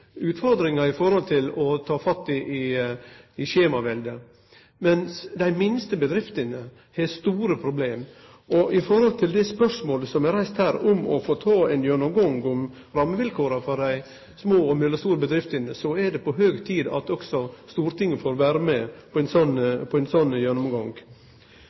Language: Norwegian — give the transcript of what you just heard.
utfordringar å ta fatt i i forhold til skjemaveldet, mens dei minste bedriftene har store problem. Når det gjeld det spørsmålet som er reist, om å få ein gjennomgang av rammevilkåra for dei små og mellomstore bedriftene, er det på høg tid at også Stortinget får vere med på ein slik gjennomgang.